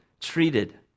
treated